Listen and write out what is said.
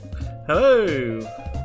Hello